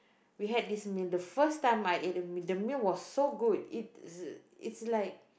we had this meal the first time I ate the meal the meal was so good it's it's like